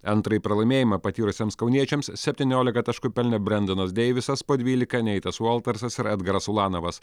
antrąjį pralaimėjimą patyrusiems kauniečiams septyniolika taškų pelnė brendonas deivisas po dvylika neitas voltersas ir edgaras ulanovas